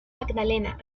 magdalena